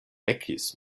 vekis